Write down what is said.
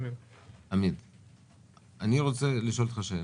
אני רוצה לשאול אותך שאלה.